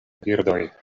birdoj